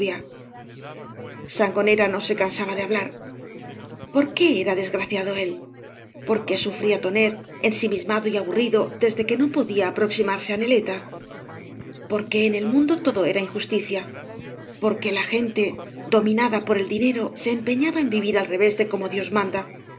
sangonera no se cansaba de hablar por qué era desgraciado él por qué sufría tonet ensimismado y aburrido desde que no podía aprcxímarse á neleta porque en el mundo todo era injusticia porque la gente dominada por el dinero se empeñaba en vivir al revés de como dios manda